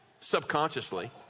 subconsciously